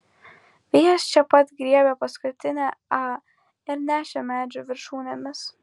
vėjas čia pat griebė paskutinę a ir nešė medžių viršūnėmis